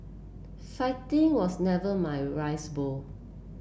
fighting was never my rice bowl